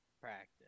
practice